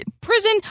prison